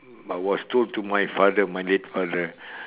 I was told to my father my late father